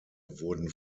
wurden